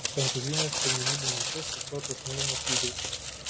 prancūzijos pirmenybių mače užfiksuotos nulinės lygiosios